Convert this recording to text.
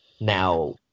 now –